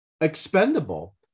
expendable